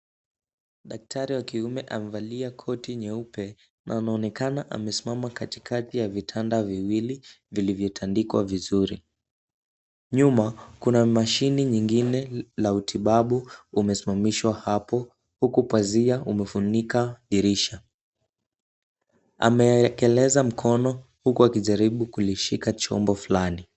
Daktari wa kiume amevalia koti nyeupe na anaonekana amesimama katikati ya vitanda viwili vilivyotandikwa vizuri. Nyuma kuna mashini nyingine la utibabu umesimamishwa hapo huku pazia umefunika dirisha. Ameekeleza mkono huku akijaribu kulishika chombo fulani.